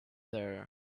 there